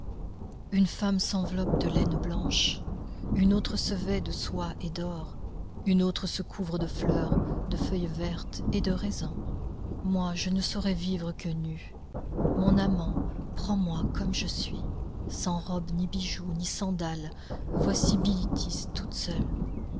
une femme s'enveloppe de laine blanche une autre se vêt de soie et d'or une autre se couvre de fleurs de feuilles vertes et de raisins moi je ne saurais vivre que nue mon amant prends-moi comme je suis sans robe ni bijoux ni sandales voici bilitis toute seule